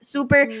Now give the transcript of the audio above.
Super